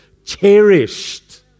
cherished